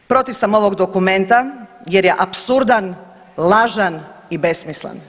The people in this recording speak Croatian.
Protiv sam ovog dokumenta, jer je apsurdan, lažan i besmislen.